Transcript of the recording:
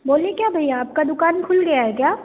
बोलिए क्या भैया आपकी दुकान खुल गई है क्या